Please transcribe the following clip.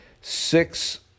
six